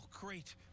great